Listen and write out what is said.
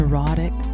Erotic